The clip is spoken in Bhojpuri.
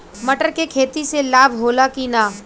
मटर के खेती से लाभ होला कि न?